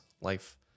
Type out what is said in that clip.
life